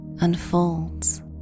unfolds